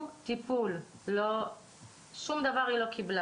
היא לא קיבלה שום דבר.